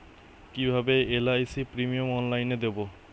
কিভাবে LIC premium অনলাইনে দেবো?